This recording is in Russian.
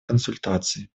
консультаций